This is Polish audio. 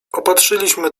opatrzyliśmy